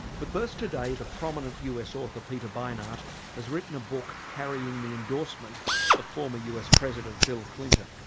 but first today the prominent us author peter beinart has written a book carrying the endorsement of former us president bill clinton.